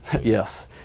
Yes